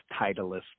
Titleist